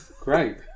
great